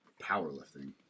powerlifting